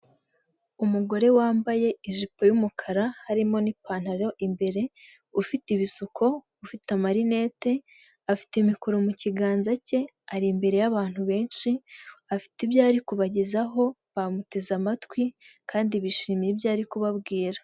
Umugore wambaye ijipo yumukara harimo n'ipantaro imbere, ufite ibisuko, ufite marinete, afite mikoro mu kiganza ke, ari imbere y'abantu benshi, afite ibyo ari kubagezaho bamuteze amatwi, kandi bishimiye ibyo ari kubabwira.